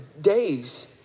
days